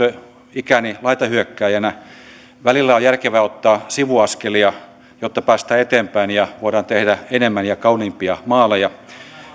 ikäni laitahyökkääjänä ja välillä on järkevää ottaa sivuaskelia jotta päästään eteenpäin ja voidaan tehdä enemmän ja kauniimpia maaleja